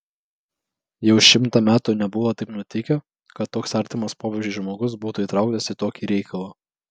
jau šimtą metų nebuvo taip nutikę kad toks artimas popiežiui žmogus būtų įtraukas į tokį reikalą